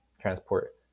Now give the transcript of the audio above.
transport